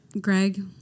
Greg